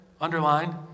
underlined